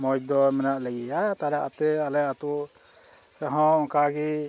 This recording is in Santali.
ᱢᱚᱡᱽ ᱫᱚ ᱢᱮᱱᱟᱜ ᱞᱮᱜᱮᱭᱟ ᱛᱟᱦᱚᱞᱮ ᱟᱯᱮ ᱟᱞᱮ ᱟᱛᱳ ᱨᱮᱦᱚᱸ ᱚᱱᱠᱟᱜᱮ